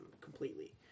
completely